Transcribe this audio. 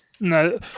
No